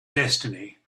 destiny